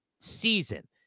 season